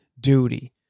duty